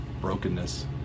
brokenness